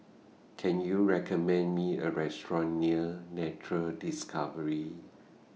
Can YOU recommend Me A Restaurant near Nature Discovery